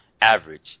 average